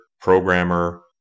programmer